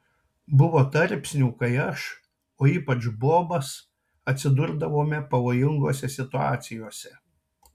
buvo tarpsnių kai aš o ypač bobas atsidurdavome pavojingose situacijose